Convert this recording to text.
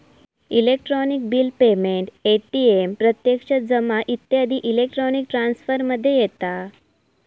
electronic bill payment, ATM प्रत्यक्ष जमा इत्यादी इलेक्ट्रॉनिक ट्रांसफर मध्ये येता